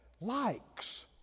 likes